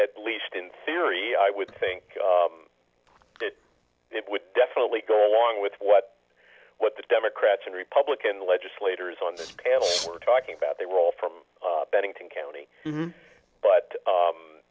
at least in theory i would think that it would definitely go along with what what the democrats and republican legislators on the scales were talking about they were all from bennington county but